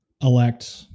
elect